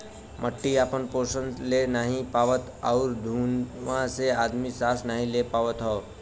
मट्टी आपन पोसन ले नाहीं पावत आउर धुँआ से आदमी सांस नाही ले पावत हौ